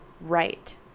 right